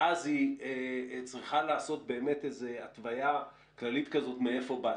ואז היא צריכה לעשות התוויה כללית מאיפה באת.